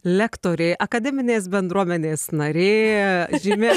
lektorė akademinės bendruomenės narė žymi